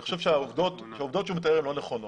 אני חושב שהעובדות שהוא מתאר הן לא נכונות.